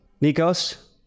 Nikos